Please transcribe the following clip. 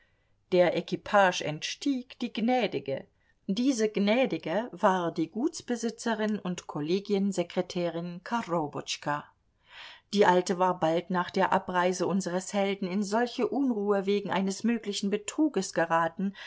der equipage entstieg die gnädige diese gnädige war die gutsbesitzerin und kollegiensekretärin korobotschka die alte war bald nach der abreise unseres helden in solche unruhe wegen eines möglichen betruges geraten